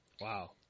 Wow